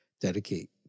dedicate